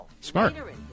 Smart